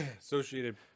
Associated